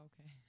Okay